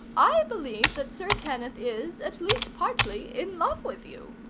i believe that sir kenneth is, at least partly, in love with you.